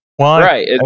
Right